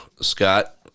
scott